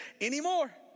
anymore